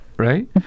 Right